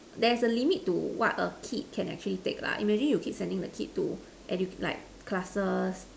there is a limit to what a kid can actually take lah imagine you keep sending a kid to educ~ like classes